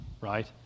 right